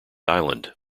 island